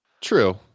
True